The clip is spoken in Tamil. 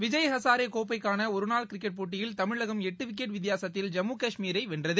விஜய்ஹசாரே கோப்பைக்கான ஒரு நாள் கிரிக்கெட் போட்டியில் தமிழகம் எட்டு விக்கெட் வித்தியாசத்தில் ஜம்மு காஷ்மீரை வென்றது